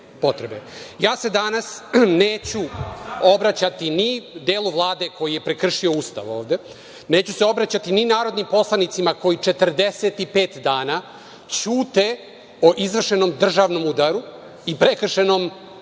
se neću obraćati ni delu Vlade koji je prekršio Ustav ovde, neću se obraćati ni narodnim poslanicima koji 45 dana ćute o izvršenom državnom udaru i prekršenom Ustavu. Vi